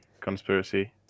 conspiracy